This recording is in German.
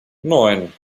neun